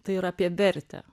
tai yra apie vertę